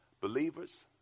Believers